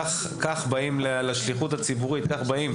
כך באים לשליחות הציבורית; כך באים